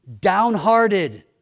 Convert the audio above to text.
downhearted